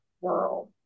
world